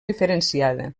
diferenciada